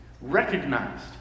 recognized